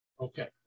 Okay